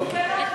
אוקיי.